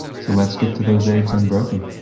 so let's get to those eggs unbroken.